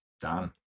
done